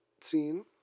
scene